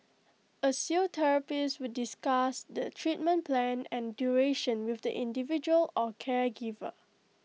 A physiotherapist would discuss the treatment plan and duration with the individual or caregiver